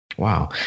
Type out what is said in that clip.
Wow